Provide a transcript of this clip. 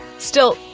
still,